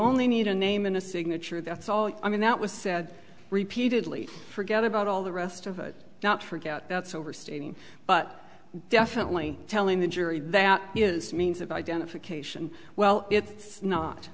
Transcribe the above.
only need a name in a signature that's all i mean that was said repeatedly forget about all the rest of it not forget that's overstating but definitely telling the jury that is means of identification well it's not